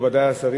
מכובדי השרים,